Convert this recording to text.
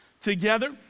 together